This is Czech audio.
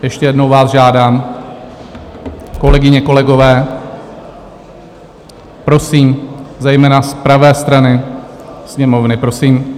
Ještě jednou vás žádám, kolegyně, kolegové, prosím, zejména z pravé strany sněmovny, prosím.